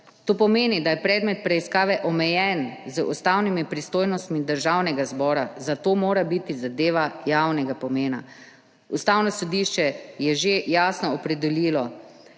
To pomeni, da je predmet preiskave omejen z ustavnimi pristojnostmi Državnega zbora, zato mora biti zadeva javnega pomena. Ustavno sodišče je že jasno opredelilo,